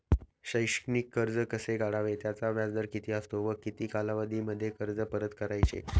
शैक्षणिक कर्ज कसे काढावे? त्याचा व्याजदर किती असतो व किती कालावधीमध्ये कर्ज परत करायचे?